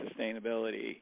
sustainability